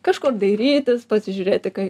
kažkur dairytis pasižiūrėti kai